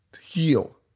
heal